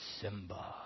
Simba